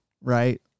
right